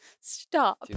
Stop